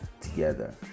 together